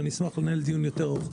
אשמח לנהל דיון יותר ארוך.